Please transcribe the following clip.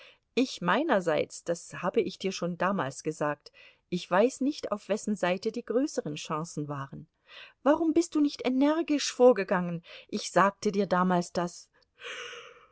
ich meinerseits das habe ich dir schon damals gesagt ich weiß nicht auf wessen seite die größeren chancen waren warum bist du nicht energisch vorgegangen ich sagte dir damals daß